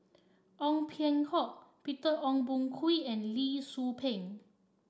Ong Peng Hock Peter Ong Boon Kwee and Lee Tzu Pheng